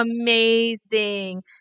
amazing